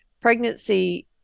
pregnancy